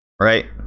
right